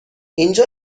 اینجا